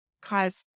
cause